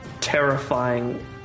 terrifying